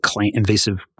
invasive